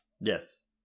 yes